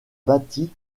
bâtie